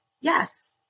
Yes